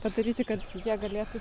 padaryti kad jie galėtų